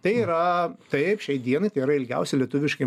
tai yra taip šiai dienai yra ilgiausi lietuviški